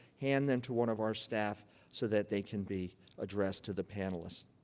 hand them to one of our staff so that they can be addressed to the panelists.